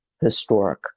historic